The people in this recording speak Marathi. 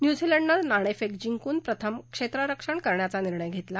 न्यूझीलंडन नाणेफेक जिंकून प्रथम क्षेत्ररक्षण करण्याचा निर्णय घेतला